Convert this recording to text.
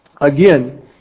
Again